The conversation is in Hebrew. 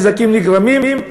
הנזקים נגרמים,